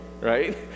right